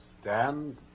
Stand